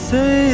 Say